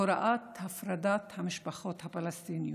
הוראת הפרדת המשפחות הפלסטיניות,